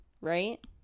right